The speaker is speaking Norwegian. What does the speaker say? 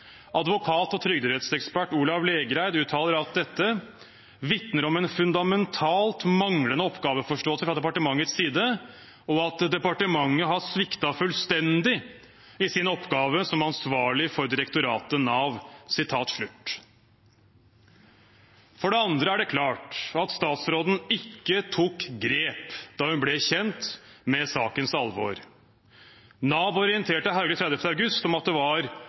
Advokat og trygderettekspert Olav Lægreid uttaler at dette «vitner om en fundamentalt manglende oppgaveforståelse fra departementets side», og at departementet har «sviktet fullstendig i sin oppgave som ansvarlig for direktoratet For det andre er det klart at statsråden ikke tok grep da hun ble kjent med sakens alvor. Nav orienterte Hauglie 30. august om at det var